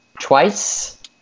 twice